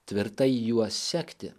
tvirtai juo sekti